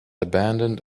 abandoned